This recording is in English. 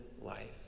life